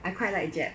I quite like jap~